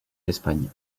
espagne